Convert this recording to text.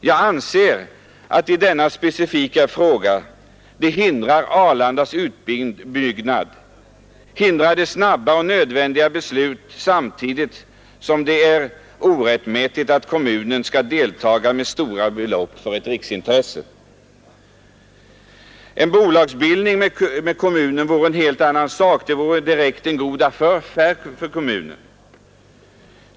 Jag anser att vi i detta speciella fall hindrar Arlandas utbyggnad, hindrar de snabba och nödvändiga besluten, samtidigt som det är orätt att kommunen skall nödgas bidraga med stora belopp till ett riksintresse. En bolagsbildning med kommunen vore en helt annan sak, den vore direkt en god affär för kommunen.